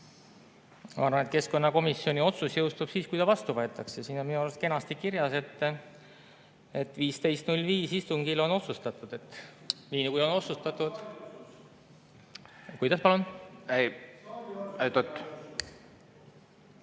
Ma arvan, et keskkonnakomisjoni otsus jõustub siis, see ta vastu võetakse. Siin on minu arust kenasti kirjas, et 15.05 istungil on otsustatud. Nii nagu on otsustatud … (Saalist